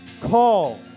call